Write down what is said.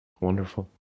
Wonderful